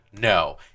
No